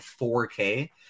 4K